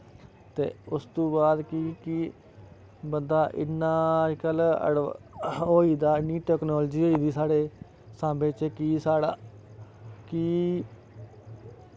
ते उसतो बाद कि बंदा इन्ना अजकल्ल अडवांस होई दा इन्नी टैकनॉलजी होई दी साढ़े साम्बे च कि साढ़ा की